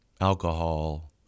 alcohol